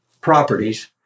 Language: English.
properties